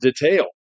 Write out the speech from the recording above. detail